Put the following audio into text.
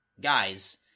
Guys